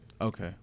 okay